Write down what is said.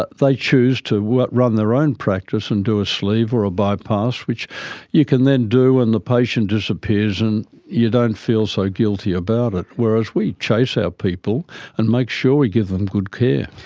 but they choose to run run their own practice and do a sleeve or a bypass which you can then do and the patient disappears and you don't feel so guilty about it, whereas we chase our people and make sure we give them good care.